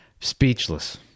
Speechless